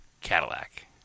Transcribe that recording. Cadillac